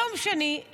יום שני,